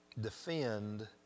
defend